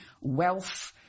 wealth